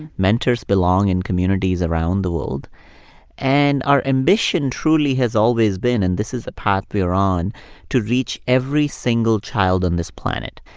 mentors belong in communities around the world and our ambition truly has always been and this is the path we're on to reach every single child on this planet.